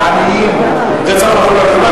מספר העניים גדל,